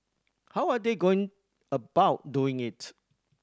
how are they going about doing it